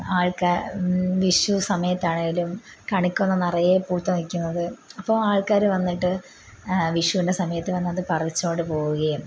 വിഷൂ സമയത്താണേലും കണിക്കൊന്ന നിറയേ പൂത്തുനില്ക്കുന്നത് അപ്പോള് ആൾക്കാര് വന്നിട്ട് വിഷൂൻ്റെ സമയത്ത് വന്നത് പറിച്ചോണ്ട് പോവുകയും